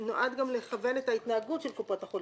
- גם לכוון את ההתנהגות של קופות החולים,